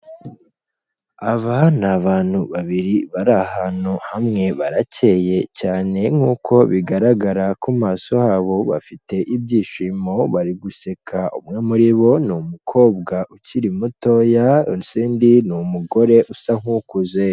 Aba ni abantu babiri bari ahantu hamwe baracyeye cyane nkuko bigaragara ku maso habo bafite ibyishimo bari guseka, umwe muri bo ni umukobwa ukiri mutoya ndetse undi ni umugore usa nk'ukuze.